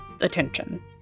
attention